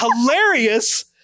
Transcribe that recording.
hilarious